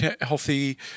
healthy